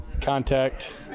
contact